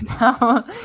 No